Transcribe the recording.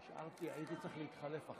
אדוני היושב-ראש, אדוני היושב-ראש,